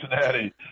Cincinnati